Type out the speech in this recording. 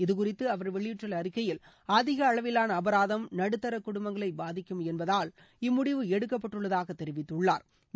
இது குறித்து அவர் வெளியிட்டுள்ள அறிக்கையில் அதிக அளவிலான அபராதம் நடுத்தர குடும்பங்களை பாதிக்கும் என்பதால் இம்முடிவு எடுக்கப்பட்டுள்ளதாக தெரிவித்துள்ளாா்